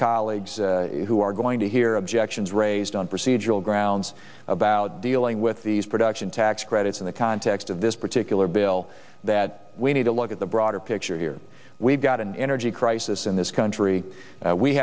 colleagues who are going to hear objections raised on procedural grounds about dealing with these production tax credits in the context of this particular bill that we need to look at the broader picture here we've got an energy crisis in this country we